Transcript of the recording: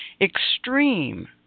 extreme